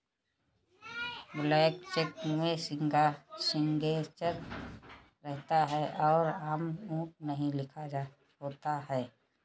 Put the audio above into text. blank cheque में signature रहता है पर अमाउंट नहीं लिखा होता है